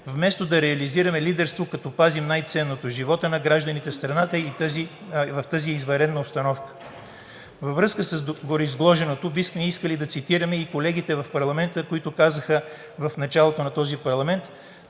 вместо да реализираме лидерство, като пазим най ценното – живота на гражданите в страната в тази извънредна обстановка. Във връзка с гореизложеното бихме искали да цитираме и колегите в парламента, които казаха в началото на този парламент